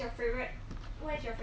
for drama 我喜欢古代吧